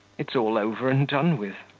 it's all over and done with!